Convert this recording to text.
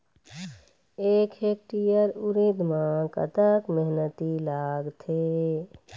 एक हेक्टेयर उरीद म कतक मेहनती लागथे?